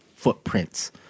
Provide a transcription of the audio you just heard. Footprints